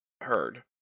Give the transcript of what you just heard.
heard